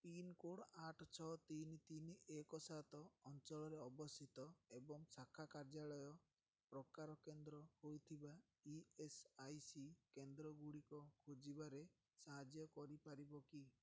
pincode ଆଠ ଛଅ ତିନି ତିନି ଏକ ସାତ ଅଞ୍ଚଳରେ ଅବସ୍ଥିତ ଏବଂ ଶାଖା କାର୍ଯ୍ୟାଳୟ ପ୍ରକାର କେନ୍ଦ୍ର ହୋଇଥିବା ଇ ଏସ୍ ଆଇ ସି କେନ୍ଦ୍ରଗୁଡ଼ିକ ଖୋଜିବାରେ ସାହାଯ୍ୟ କରିପାରିବ କି